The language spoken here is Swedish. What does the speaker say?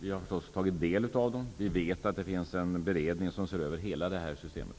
Vi har förstås tagit del av dem, och vi vet att det finns en beredning som ser över hela systemet.